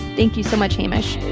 thank you so much, hamish.